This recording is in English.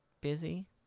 busy